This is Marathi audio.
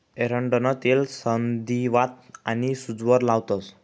एरंडनं तेल संधीवात आनी सूजवर लावतंस